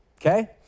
okay